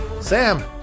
Sam